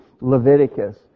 Leviticus